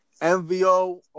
MVO